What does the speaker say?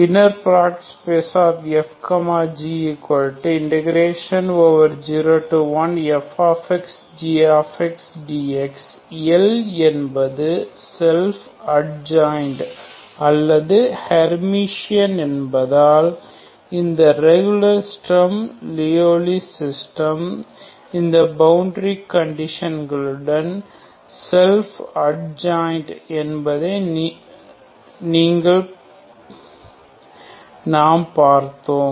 ⟨f g⟩01fxg dx L என்பது self adjoint அல்லது Hermitian என்பதால் இந்த ரெகுலர் ஸ்டெர்ம் லியோவ்லி சிஸ்டம் இந்த பவுண்டரி கண்டிஷன்களுடன் செல்ஃப் அட்ஜ்ஜாயின்ட் என்பதை நீங்கள் பார்த்தோம்